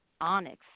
Onyx